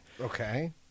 Okay